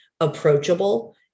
approachable